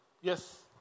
Yes